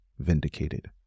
Vindicated